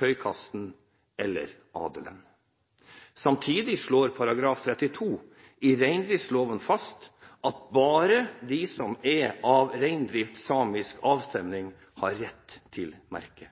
høykasten, eller adelen. Samtidig slår § 32 i reindriftsloven fast at bare de som er av reindriftssamisk avstamning, har rett til merke.